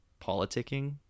politicking